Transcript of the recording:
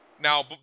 Now